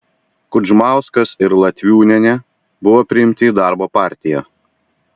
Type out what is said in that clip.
kudžmauskas ir latviūnienė buvo priimti į darbo partiją